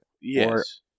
Yes